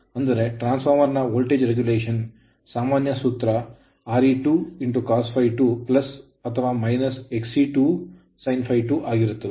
ಅಂದರೆ transformer ನ voltage regulation ನಿಯಂತ್ರಣದ ಸಾಮಾನ್ಯ ಸೂತ್ರವು Re2 per unit ಗೆ cos ∅2 ಅಥವಾ Xe2 per unit ಗೆ sin∅2 ಆಗಿರುತ್ತದೆ